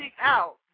out